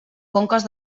conques